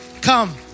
Come